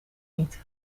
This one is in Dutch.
niet